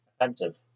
offensive